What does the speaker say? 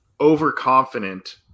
overconfident